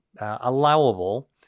allowable